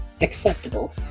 acceptable